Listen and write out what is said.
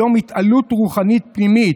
כיום התעלות רוחנית פנימית: